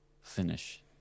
finish